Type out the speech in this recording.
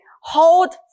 Hold